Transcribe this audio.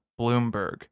Bloomberg